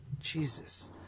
Jesus